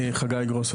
אני חגי גרוס.